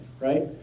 right